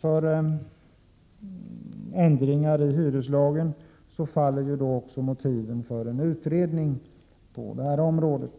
för ändring av hyreslagen, faller också motiven för en utredning på det här området.